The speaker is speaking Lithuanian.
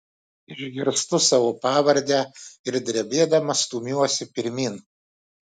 išgirstu savo pavardę ir drebėdama stumiuosi pirmyn